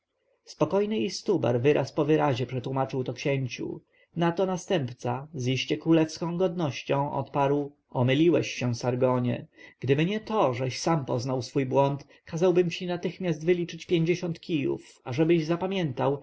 spokojny istubar wyraz po wyrazie przetłomaczył to księciu na to następca z iście królewską godnością odparł omyliłeś się sargonie gdyby nie to żeś sam poznał swój błąd kazałbym ci natychmiast wyliczyć pięćdziesiąt kijów ażebyś zapamiętał